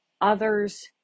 others